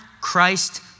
Christ